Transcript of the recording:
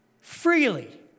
Freely